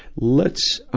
let's,